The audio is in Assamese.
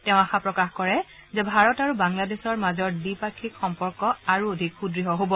তেওঁ আশা প্ৰকাশ কৰে যে ভাৰত আৰু বাংলাদেশৰ মাজৰ দ্বিপাক্ষিক সম্পৰ্ক আৰু অধিক সুদৃঢ় হ'ব